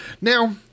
Now